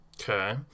Okay